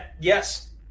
Yes